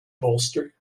bolster